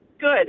Good